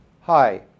Hi